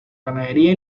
ganadería